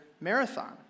marathon